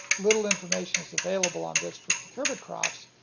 little information is available on this for cucurbit crops,